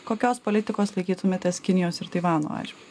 kokios politikos laikytumėtės kinijos ir taivano atžvilgiu